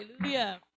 Hallelujah